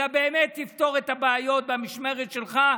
אלא באמת תפתור את הבעיות במשמרת שלך,